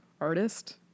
artist